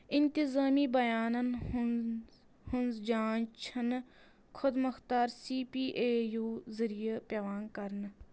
اِنتظٲمی بَیانَن ہٕنٛز جانٚچ چھنہٕ خۄد مۄختار سی پی اے یوٗ ذٔریعہِ پٮ۪وان کرنہٕ